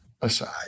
aside